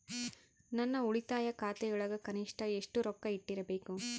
ನನ್ನ ಉಳಿತಾಯ ಖಾತೆಯೊಳಗ ಕನಿಷ್ಟ ಎಷ್ಟು ರೊಕ್ಕ ಇಟ್ಟಿರಬೇಕು?